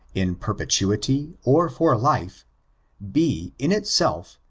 in perpetuity or for lifea be, in itself,